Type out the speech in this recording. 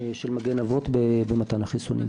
של "מגן אבות" במתן החיסונים.